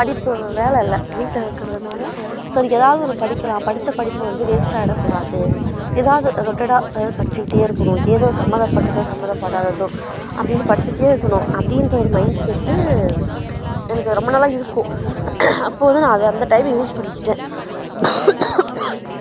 படிப்பு வேலை இல்லை வீட்டில் இருக்கிறதுனால சரி ஏதாவது ஒன்று படிக்கலாம் படித்த படிப்பு வந்து வேஸ்ட்டாகிடக்கூடாது ஏதாவது ரொட்டடாக அதாவது படிச்சிக்கிட்டு இருக்கணும் ஏதோ சம்மந்தப்பட்டதோ சம்மந்தப்படாததோ அப்படின்னு படிச்சிட்டு இருக்கணும் அப்படின்ற ஒரு மைண்ட்செட்டு எனக்கு ரொம்ப நாளாக இருக்கும் அப்போது வந்து நான் அதை அந்த டைம் யூஸ் பண்ணிக்கிட்டேன்